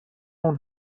اون